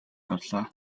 гарлаа